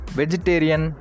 vegetarian